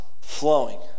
flowing